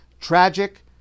tragic